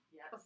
Yes